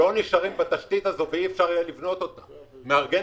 לא נשארו בתשתית הזו ואי אפשר יהיה לבנות אותה מחדש.